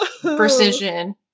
precision